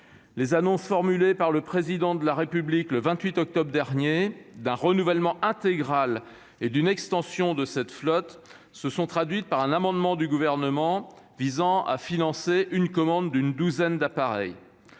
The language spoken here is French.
Les annonces faites par le Président de la République le 28 octobre dernier d'un renouvellement intégral et d'une extension de cette flotte se sont traduites par un amendement du Gouvernement visant à financer une commande d'une douzaine d'appareils.